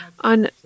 on